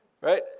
right